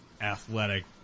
athletic